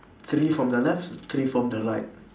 three from the left three from the right